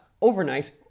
overnight